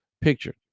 picture